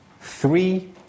three